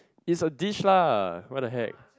is a dish lah what the heck